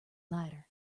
lighter